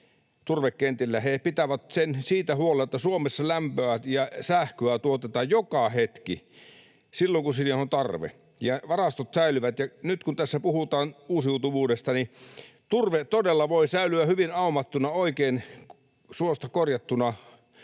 turvekentillä: he pitävät huolen siitä, että Suomessa lämpöä ja sähköä tuotetaan joka hetki silloin, kun siihen on tarve, ja varastot säilyvät. Ja nyt kun tässä puhutaan uusiutuvuudesta, niin turve todella voi säilyä hyvin aumattuna — oikein suosta korjattuna